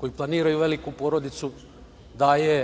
koju planiraju veliku porodicu daje